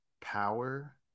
power